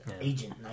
agent